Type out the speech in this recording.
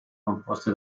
composte